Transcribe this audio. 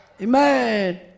Amen